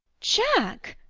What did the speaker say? jack!